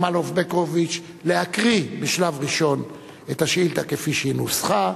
שמאלוב-ברקוביץ להקריא בשלב ראשון את השאילתא כפי שהיא נוסחה.